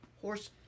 Horse